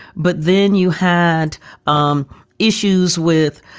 but then you had um issues with,